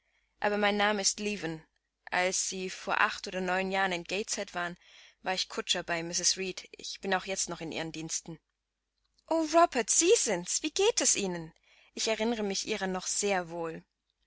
aber mein name ist leaven als sie vor acht oder neun jahren in gateshead waren war ich kutscher bei mrs reed ich bin auch jetzt noch in ihren diensten o robert sie sind's wie geht es ihnen ich erinnere mich ihrer noch sehr wohl